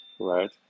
right